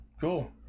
Cool